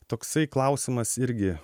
toksai klausimas irgi